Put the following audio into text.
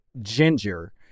ginger